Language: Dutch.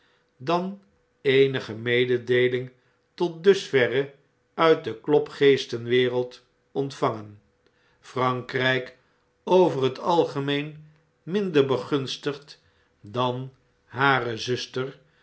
dan eenige mededeeling tot dusverre uit de klopgeestenwereld ontvangen e r a n k r ij k over net algemeen minder begunstigd dan hare zuster